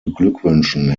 beglückwünschen